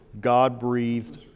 God-breathed